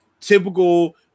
typical